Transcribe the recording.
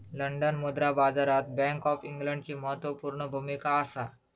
London मुद्रा बाजारात bank of इंग्लंडची म्हत्त्वापूर्ण भुमिका असा